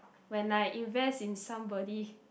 when I invest in somebody